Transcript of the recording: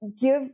give